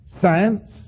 science